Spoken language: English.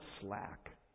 slack